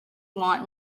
want